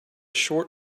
short